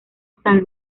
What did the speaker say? san